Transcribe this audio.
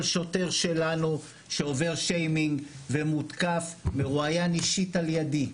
כל שוטר שלנו שעובר שיימינג ומותקף מרואיין אישית על ידי.